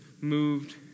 moved